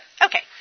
okay